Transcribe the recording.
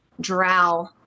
drow